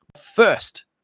First